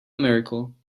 miracle